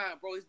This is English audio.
bro